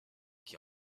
qui